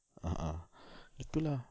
a'ah gitu lah